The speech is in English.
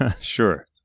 Sure